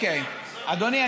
אוקיי, אדוני.